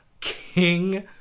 king